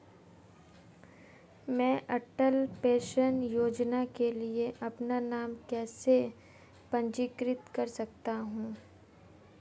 मैं अटल पेंशन योजना के लिए अपना नाम कैसे पंजीकृत कर सकता हूं?